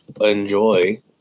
enjoy